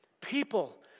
people